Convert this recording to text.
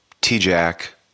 T-Jack